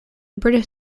british